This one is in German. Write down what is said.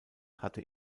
hatte